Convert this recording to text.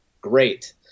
great